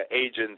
agents